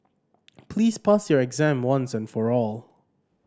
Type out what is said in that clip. please pass your exam once and for all